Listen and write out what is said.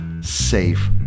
safe